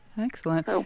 Excellent